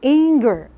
anger